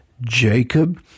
Jacob